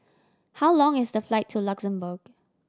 how long is the flight to Luxembourg